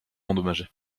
endommagé